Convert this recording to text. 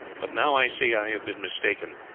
but now i see i have been mistaken,